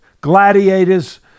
gladiators